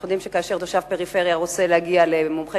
אנחנו יודעים שכאשר תושב פריפריה רוצה להגיע למומחה